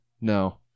no